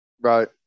Right